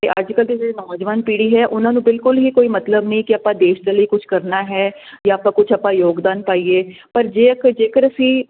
ਤੇ ਅੱਜ ਕਦੇ ਨੌਜਵਾਨ ਪੀੜੀ ਹੈ ਉਹਨਾਂ ਨੂੰ ਬਿਲਕੁਲ ਹੀ ਕੋਈ ਮਤਲਬ ਨਹੀਂ ਕਿ ਆਪਾਂ ਦੇਸ਼ ਦੇ ਲਈ ਕੁਝ ਕਰਨਾ ਹੈ ਜਾਂ ਆਪਾਂ ਕੁਝ ਆਪਾਂ ਯੋਗਦਾਨ ਪਾਈਏ ਪਰ ਜੇ ਜੇਕਰ ਅਸੀਂ